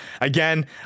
Again